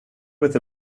with